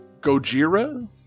Gojira